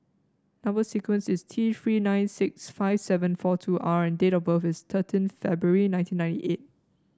number sequence is T Three nine six five seven four two R and date of birth is thirteen February nineteen ninety eight